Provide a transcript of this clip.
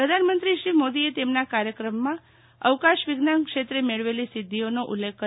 પ્રધામંત્રી શ્રી મોદીએ તેમના કાર્યક્રમમાં અવકાશ વિજ્ઞાન ક્ષેત્રે મેળવેલ સિદ્ધિઓનો ઉલ્લેખ કર્યો હતો